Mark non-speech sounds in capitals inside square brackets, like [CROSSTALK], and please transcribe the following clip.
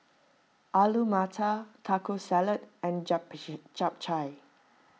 Alu Matar Taco Salad and [UNINTELLIGIBLE] Japchae